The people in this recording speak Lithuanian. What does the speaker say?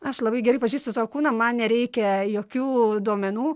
aš labai gerai pažįstu savo kūną man nereikia jokių duomenų